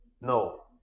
No